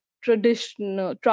traditional